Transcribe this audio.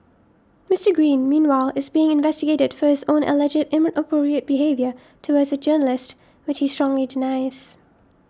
Mister Green meanwhile is being investigated for his own alleged inappropriate behaviour towards a journalist which he strongly denies